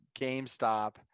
GameStop